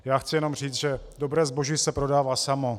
Já chci jenom říci, že dobré zboží se prodává samo.